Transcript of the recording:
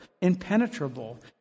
impenetrable